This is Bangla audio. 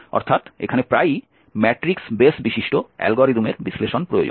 অর্থাৎ এখানে প্রায়ই ম্যাট্রিক্স বেস বিশিষ্ট অ্যালগরিদম এর বিশ্লেষণ প্রয়োজন